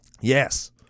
Yes